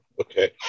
Okay